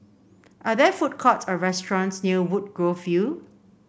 are there food courts or restaurants near Woodgrove View